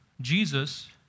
Jesus